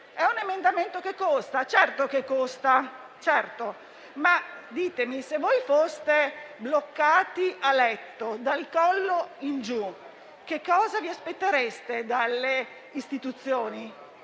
È un emendamento che costa, certamente. Ma ditemi, se voi foste bloccati a letto dal collo in giù, che cosa vi aspettereste dalle istituzioni?